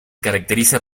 caracteriza